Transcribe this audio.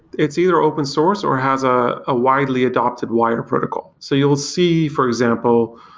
it's either open source or has a a widely adapted wire protocol. so you will see, for example,